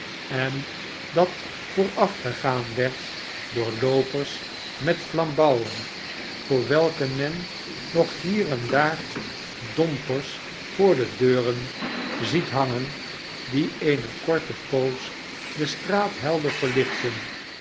en dat voorafgegaan werd door loopers met flambouwen voor welke men nog hier en daar dompers voor de deuren ziet hangen die eene korte poos de straat nelder verhchtten